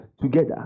together